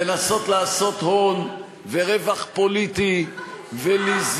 לנסות לעשות הון ורווח פוליטי, אין לך בושה?